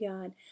god